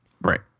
right